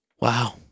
Wow